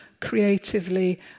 creatively